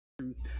truth